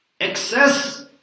excess